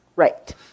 Right